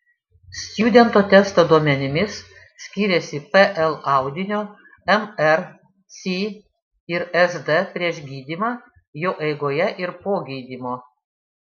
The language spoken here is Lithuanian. stjudento testo duomenimis skiriasi pl audinio mr si ir sd prieš gydymą jo eigoje ir po gydymo